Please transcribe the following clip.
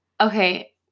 okay